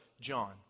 John